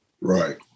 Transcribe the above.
right